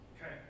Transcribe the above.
okay